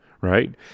right